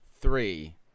three